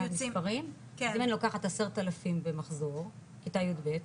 אם אני לוקחת 10,000 במחזור כיתה י"ב,